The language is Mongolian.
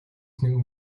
нэгэн